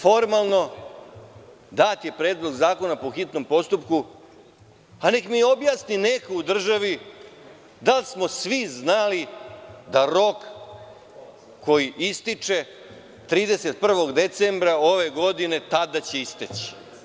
Formalno, dat je Predlog zakona po hitnom postupku, pa neka mi neko u državi objasni da li smo svi znali da će rok koji ističe 31. decembra ove godine tada isteći?